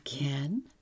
again